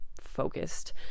focused